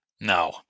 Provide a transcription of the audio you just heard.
No